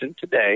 today